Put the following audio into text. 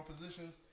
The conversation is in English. position